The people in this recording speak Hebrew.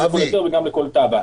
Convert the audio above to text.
גם לכל היתר וגם לכל תב"ע.